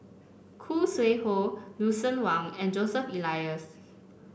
Khoo Sui Hoe Lucien Wang and Joseph Elias